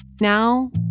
Now